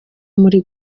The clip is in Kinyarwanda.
muri